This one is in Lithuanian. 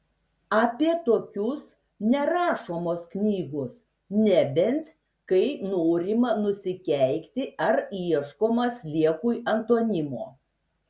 apie tokius nerašomos knygos nebent kai norima nusikeikti ar ieškoma sliekui antonimo